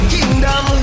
Kingdom